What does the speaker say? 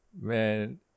Man